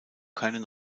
keinen